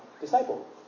disciple